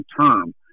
term